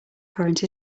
current